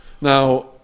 Now